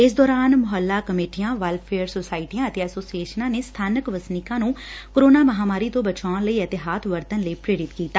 ਇਸ ਦੌਰਾਨ ਮੁਹੱਲਾ ਕਮੇਟੀਆਂ ਵੈਲਫੇਅਰ ਸੁਸਾਇਟੀਆਂ ਤੇ ਐਸੋਸੀਏਸ਼ਨਾਂ ਨੇ ਸਬਾਨਕ ਵਸਨੀਕਾਂ ਨੂੰ ਕੋਰੋਨਾ ਮਹਾਂਮਾਰੀ ਤੋਂ ਬਚਾਉਣ ਲਈ ਇਹਤਿਆਤ ਵਰਤਣ ਲਈ ਪ੍ਰੇਰਤ ਕੀਤਾ